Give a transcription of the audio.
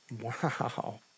Wow